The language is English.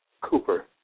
Cooper